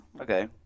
Okay